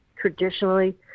traditionally